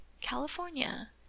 california